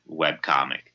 webcomic